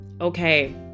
Okay